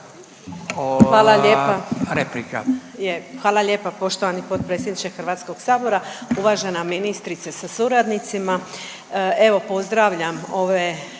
Hvala lijepa. Je, hvala lijepa poštovani potpredsjedniče HS-a. Uvažena ministrice sa suradnicima. Evo pozdravljam ove